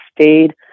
stayed